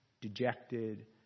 dejected